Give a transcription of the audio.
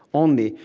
only.